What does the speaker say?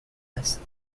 است